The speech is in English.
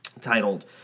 Titled